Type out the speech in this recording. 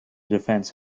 defence